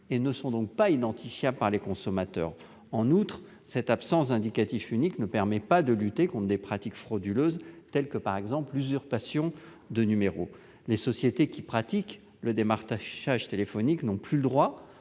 et non identifiables par les consommateurs. En outre, cette absence d'indicatif unique ne permet pas de lutter contre des pratiques frauduleuses telles que l'usurpation de numéro. Les sociétés pratiquant le démarchage téléphonique n'ont plus le droit